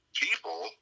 People